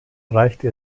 reichte